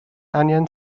angen